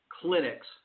Clinics